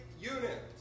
unit